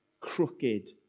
crooked